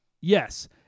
Yes